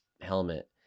helmet